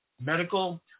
medical